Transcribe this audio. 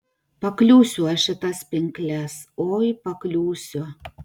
pakliūsiu aš į tas pinkles oi pakliūsiu